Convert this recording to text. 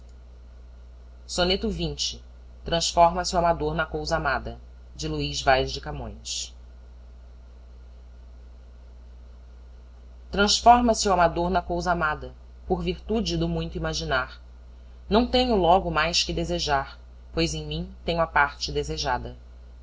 a levo eu de ser vencido transforma se o amador na cousa amada por virtude do muito imaginar não tenho logo mais que desejar pois em mim tenho a parte desejada